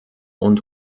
und